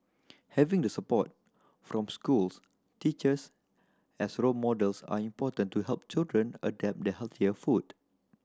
having the support from schools teachers as role models are important to help children adapt the healthier food